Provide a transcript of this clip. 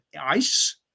ICE